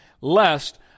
lest